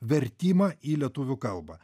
vertimą į lietuvių kalbą